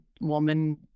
woman